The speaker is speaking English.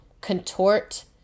contort